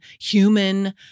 human